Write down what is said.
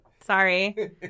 Sorry